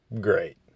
great